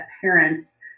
parents